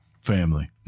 Family